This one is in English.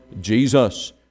Jesus